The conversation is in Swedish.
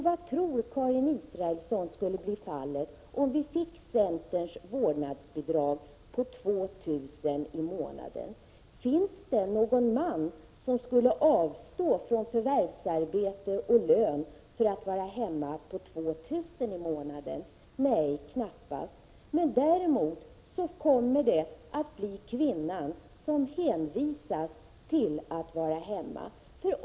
Vad tror Karin Israelsson skulle bli följden om vi fick centerns vårdnadsbidrag på 2 000 kr. i månaden? Finns det någon man som skulle avstå från förvärvsarbete och lön för att vara hemma på 2 000 i månaden? Nej, knappast. Däremot kommer kvinnan att hänvisas till att vara hemma.